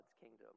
kingdom